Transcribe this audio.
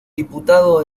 diputado